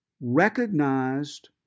recognized